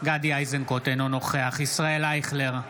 גדי איזנקוט, אינו נוכח ישראל אייכלר,